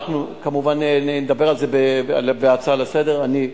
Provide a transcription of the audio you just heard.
אנחנו כמובן נדבר על זה בהצעה לסדר-היום.